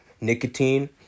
nicotine